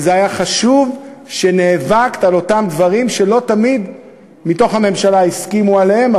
וזה היה חשוב שנאבקת על אותם דברים שלא תמיד מתוך הממשלה הסכימו עליהם,